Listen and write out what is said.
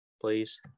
please